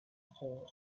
for